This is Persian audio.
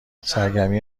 سرگرمی